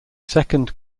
second